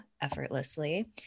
effortlessly